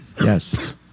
Yes